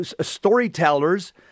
storytellers